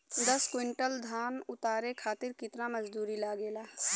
दस क्विंटल धान उतारे खातिर कितना मजदूरी लगे ला?